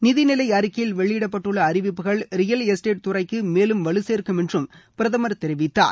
நிதிநிலை அறிக்கையில் வெளியிடப்பட்டுள்ள அறிவிப்புகள் ரியல் எஸ்டேட் துறைக்கு மேலும் வலுசேர்க்கும் என்று பிரதமர் தெரிவித்தார்